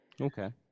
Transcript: Okay